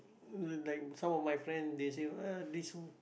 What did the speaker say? uh like some of my friend they say ah this